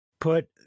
put